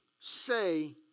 say